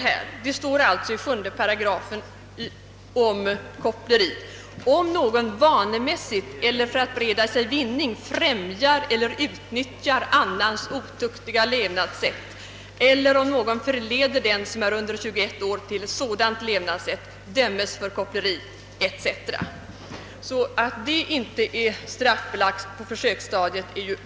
17 § i kapitlet om sedlighetsbrott står följande: »Om någon vanemässigt eller för att bereda sig vinning främjar eller utnytt jar annans otuktiga levnadssätt eller om någon förleder den som är under tjugoett år till sådant levnadssätt, dömes för koppleri ———.» Det är ju ganska naturligt att detta inte är straffbelagt på försöksstadiet.